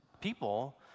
people